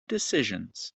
decisions